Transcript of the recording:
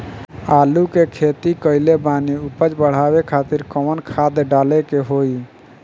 आलू के खेती कइले बानी उपज बढ़ावे खातिर कवन खाद डाले के होई?